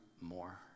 more